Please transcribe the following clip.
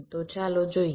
તો ચાલો જોઈએ